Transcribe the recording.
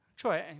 cioè